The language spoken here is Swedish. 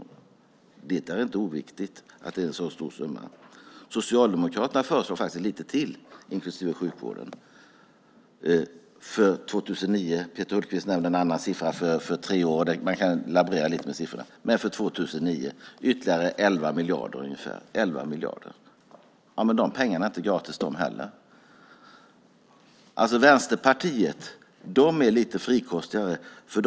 Det är inte oviktigt att det är en sådan stor summa. Socialdemokraterna föreslår ytterligare 11 miljarder ungefär, inklusive till sjukvården, för 2009. Peter Hultqvist nämnde en annan siffra för tre år, men man kan laborera lite med siffrorna. De pengarna är inte gratis. Vänsterpartiet är lite frikostigare ändå.